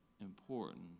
important